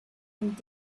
and